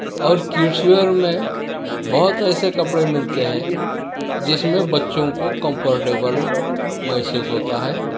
اور kids kids wear میں بہت ایسے کپڑے ملتے ہیں جس میں بچوں کو کمفرٹیبل محسوس ہوتا ہے